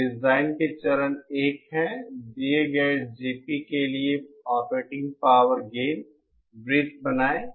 तो डिजाइन के चरण 1 हैं दिए गए GP के लिए ऑपरेटिंग पावर गेन वृत्त बनाएं